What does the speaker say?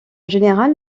général